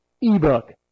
eBook